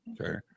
okay